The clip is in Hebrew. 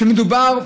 שמדובר,